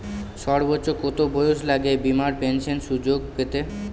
সর্বোচ্চ কত বয়স লাগে বীমার পেনশন সুযোগ পেতে?